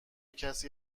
کسی